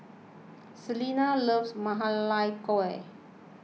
Selena loves Ma Lai Gao